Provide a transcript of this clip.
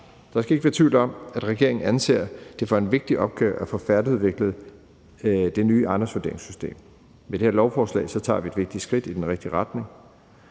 Der skal ikke være tvivl om, at regeringen anser det for en vigtig opgave at få færdigudviklet det nye ejendomsvurderingssystem. Med det her lovforslag tager vi et vigtigt skridt i den rigtige retning.